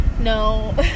No